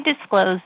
disclosed